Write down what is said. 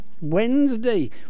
Wednesday